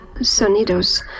sonidos